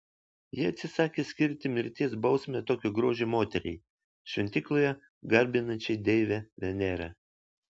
jie atsisakė skirti mirties bausmę tokio grožio moteriai šventykloje garbinančiai deivę venerą